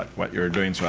what you're doing. so